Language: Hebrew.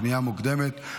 פנייה מוקדמת),